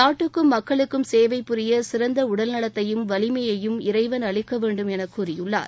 நாட்டுக்கும் மக்களுக்கும் சேவை புரிய சிறந்த உடல்நலத்தையும் வலிமையையும் இறைவன் அளிக்க வேண்டும் என கூறியுள்ளார்